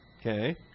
Okay